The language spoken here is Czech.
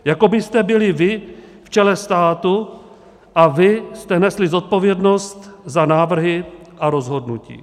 Jako byste byli vy v čele státu a vy jste nesli zodpovědnost za návrhy a rozhodnutí.